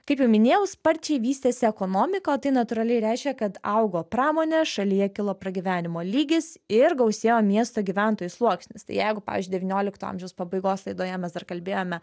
kaip jau minėjau sparčiai vystėsi ekonomika o tai natūraliai reiškia kad augo pramonė šalyje kilo pragyvenimo lygis ir gausėjo miesto gyventojų sluoksnis tai jeigu pavyzdžiui devyniolikto amžiaus pabaigos laidoje mes dar kalbėjome